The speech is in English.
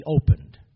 opened